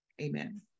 amen